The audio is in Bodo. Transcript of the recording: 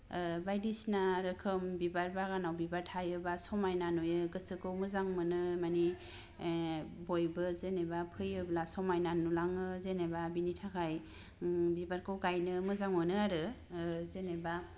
ओ बायदिसिना रोखोम बिबार बागानाव बिबार थायोबा समायना नुयो गोसोखौ मोजां मोनो माने ओ बयबो जेनेबा फैयोब्ला समायना नुलाङो जेनेबा बिनि थाखाय ओ बिबारखौ गायनो मोजां मोनो आरो ओ जेनेबा